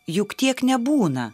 juk tiek nebūna